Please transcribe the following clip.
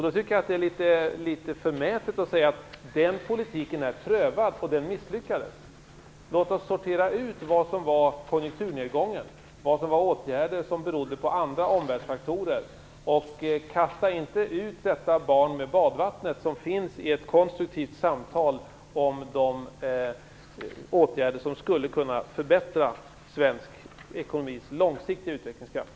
Då tycker jag att det är litet förmätet att säga att den politiken är prövad och att den misslyckades. Låt oss sortera ut vad som var konjunkturnedgång, vad som var åtgärder som berodde på andra faktorer i omvärlden. Kasta inte ut det barn med badvattnet som finns i ett konstruktivt samtal om de åtgärder som skulle kunna förbättra svensk ekonomis långsiktiga utvecklingskraft.